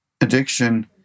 addiction